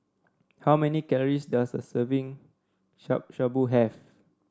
how many calories does a serving Shabu Shabu have